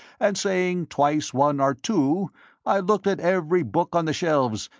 and saying twice one are two' i looked at every book on the shelves,